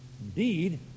Indeed